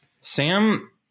Sam